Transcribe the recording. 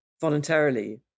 voluntarily